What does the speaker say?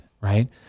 right